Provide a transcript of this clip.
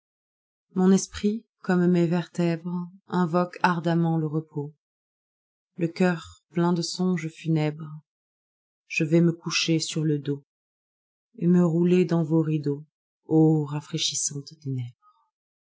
mon esprit comme mes vertèbres invoque ardemment le repos le cœur plein de songes funèbres je vais me coucher sur le doset me rouler dans vos rideaux rafraîchissantes